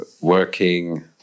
working